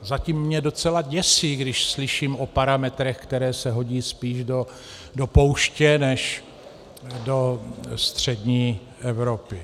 Zatím mě docela děsí, když slyším o parametrech, které se hodí spíš do pouště než do střední Evropy.